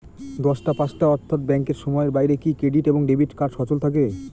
দশটা পাঁচটা অর্থ্যাত ব্যাংকের সময়ের বাইরে কি ক্রেডিট এবং ডেবিট কার্ড সচল থাকে?